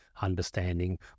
understanding